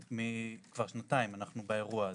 כבר שנתיים אנחנו באירוע הזה.